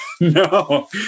No